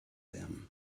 them